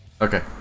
Okay